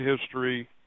history